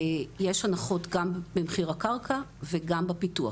יש הנחות גם במחיר הקרקע וגם בפיתוח,